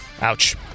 Ouch